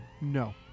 No